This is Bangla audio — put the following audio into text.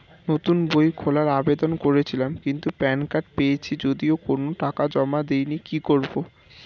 নতুন বই খোলার আবেদন করেছিলাম কিন্তু প্যান কার্ড পেয়েছি যদিও কোনো টাকা জমা দিইনি কি করব?